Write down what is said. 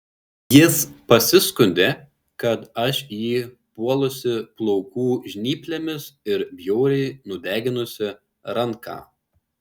jis pasiskundė kad aš jį puolusi plaukų žnyplėmis ir bjauriai nudeginusi ranką